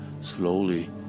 Slowly